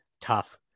Tough